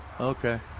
Okay